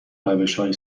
روشهای